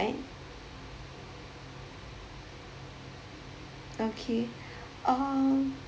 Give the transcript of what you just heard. okay um